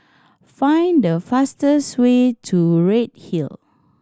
find the fastest way to Redhill